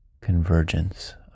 convergence